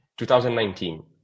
2019